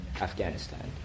Afghanistan